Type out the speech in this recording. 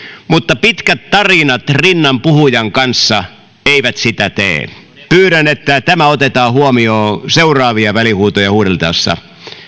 mutta pitkät tarinat rinnan puhujan kanssa eivät sitä tee pyydän että tämä otetaan huomioon seuraavia välihuutoja huudeltaessa